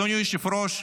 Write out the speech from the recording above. אדוני היושב-ראש,